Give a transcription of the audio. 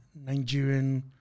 Nigerian